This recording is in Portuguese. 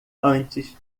antes